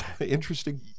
interesting